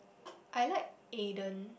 I like Aiden